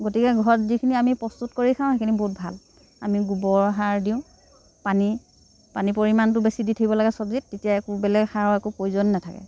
গতিকে ঘৰত যিখিনি আমি প্ৰস্তুত কৰি খাওঁ সেইখিনি বহুত ভাল আমি গোবৰ সাৰ দিওঁ পানী পানী পৰিমাণটো বেছি দি থাকিব লাগে চব্জীত তেতিয়া একো বেলেগ সাৰৰ একো প্ৰয়োজন নাথাকে